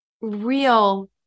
real